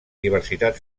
diversitat